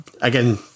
again